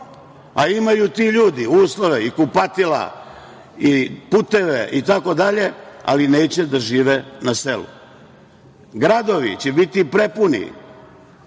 a imaju ti ljudi uslove i kupatila i puteve itd, ali neće da žive na selu. Gradovi će biti prepuni